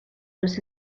los